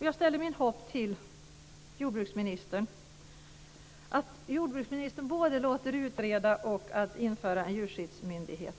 Jag ställer mitt hopp till jordbruksministern att hon både låter utreda och införa en djurskyddsmyndighet.